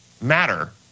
matter